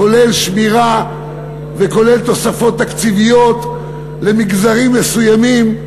כולל שמירה וכולל תוספות תקציביות למגזרים מסוימים,